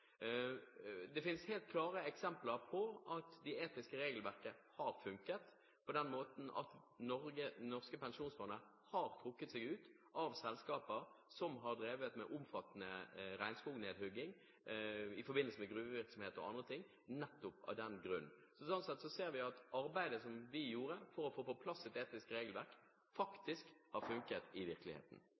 Det finnes helt klare eksempler på at det etiske regelverket har funket, på den måten at det norske pensjonsfondet har trukket seg ut av selskaper som har drevet med omfattende regnskognedhugging i forbindelse med gruvevirksomhet og andre ting – nettopp av den grunn. Så sånn sett ser vi at arbeidet som vi gjorde for å få på plass et etisk regelverk, faktisk har funket i virkeligheten.